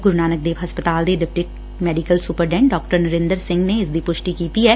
ਗੁਰੂ ਨਾਨਕ ਦੇਵ ਹਸਪਤਾਲ ਦੇ deputy medical superintendent Dr Narinder Singh ਨੇ ਇਸ ਦੀ ਪੁਸ਼ਟੀ ਕੀਤੀ ਐ